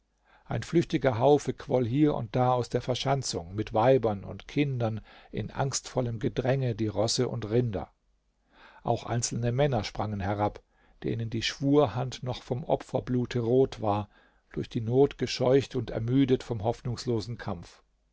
ein flüchtiger haufe quoll hier und da aus der verschanzung mit weibern und kindern in angstvollem gedränge die rosse und rinder auch einzelne männer sprangen herab denen die schwurhand noch vom opferblute rot war durch die not gescheucht und ermüdet vom hoffnungslosen kampf